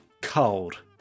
Cold